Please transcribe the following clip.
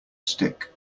stick